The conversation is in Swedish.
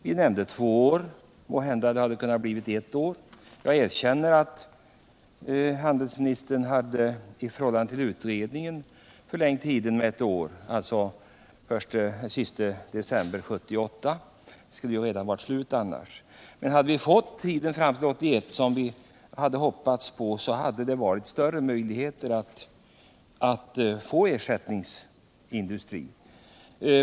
Vi nämnde två år, men även ett hade betytt mycket. Jag erkänner att handelsministern i förhållande till utredningens förslag hade förlängt tiden med ett år, alltså till den 31 december 1978 — avvecklingstiden skulle ju redan ha varit slut annars. Men hade vi fått tiden förlängd fram till år 1981, som vi hade hoppats på, hade det funnits större möjligheter att få någon ersättningsindustri.